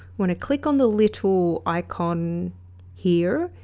want to click on the little icon here,